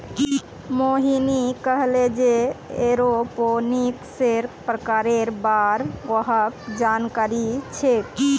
मोहिनी कहले जे एरोपोनिक्सेर प्रकारेर बार वहाक जानकारी छेक